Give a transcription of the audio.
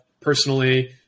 personally